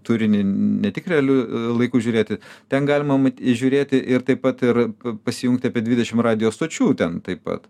turinį ne tik realiu laiku žiūrėti ten galima įžiūrėti ir taip pat ir pasijungti apie dvidešim radijo stočių ten taip pat